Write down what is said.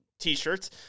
t-shirts